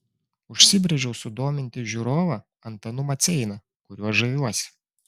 užsibrėžiau sudominti žiūrovą antanu maceina kuriuo žaviuosi